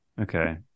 Okay